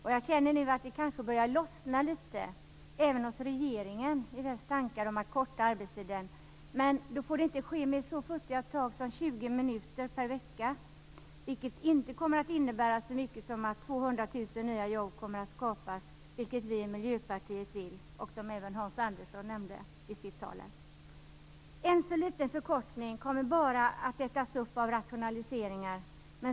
Jag känner nu att det kanske börjar lossna litet även hos regeringen när det gäller tankarna på att korta arbetstiden, men det får inte ske med så futtiga tag som 20 minuter per vecka. Det kommer inte att innebära att 200 000 nya jobb skapas, vilket vi i Miljöpartiet vill. Det nämnde även Hans Andersson i sitt tal. En så liten förkortning kommer bara att ätas upp av rationaliseringar.